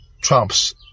trumps